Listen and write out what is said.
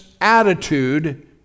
attitude